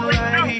right